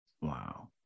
Wow